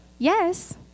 yes